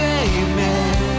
amen